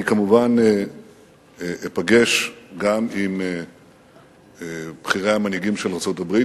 אני כמובן אפגש גם עם בכירי המנהיגים של ארצות-הברית,